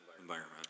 environment